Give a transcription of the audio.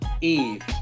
Eve